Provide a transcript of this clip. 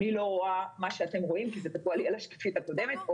אני לא רואה מה שאתם רואים כי זה תקוע בשקופית הקודמת.